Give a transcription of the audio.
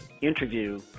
interview